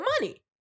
money